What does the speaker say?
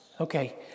Okay